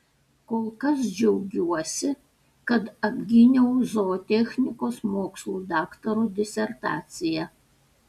kol kas džiaugiuosi kad apgyniau zootechnikos mokslų daktaro disertaciją